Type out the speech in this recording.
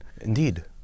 Indeed